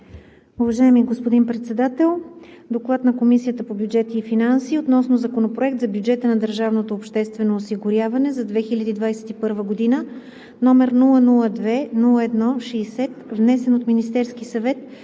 Уважаеми господин Председател! „Доклад на Комисията по бюджет и финанси относно Законопроект за бюджета на държавното обществено осигуряване за 2021 г., № 002-01-60, внесен от Министерски съвет